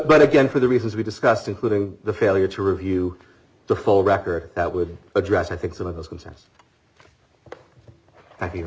but again for the reasons we discussed including the failure to review the full record that would address i think some of those concerns thank